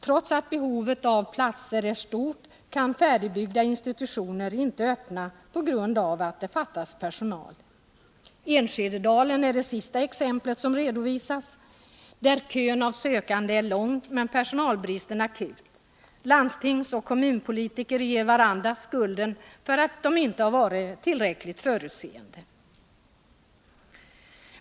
Trots att behovet av platser är stort kan färdigbyggda institutioner inte öppna på grund av att det fattas personal. Enskededalen är det sista exemplet som har redovisats. Där är kön av sökande lång men personalbristen akut. Landstingsoch kommunpolitiker ger varandra skulden för att inte ha varit tillräckligt förutseende.